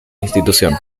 institución